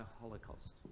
holocaust